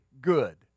good